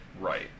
right